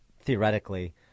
theoretically